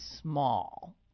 small